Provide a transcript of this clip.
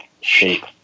shape